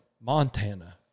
Montana